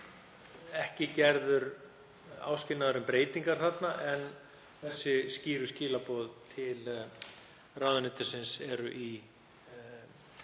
ekki gerður áskilnaður um breytingar þarna en þessi skýru skilaboð til ráðuneytisins eru í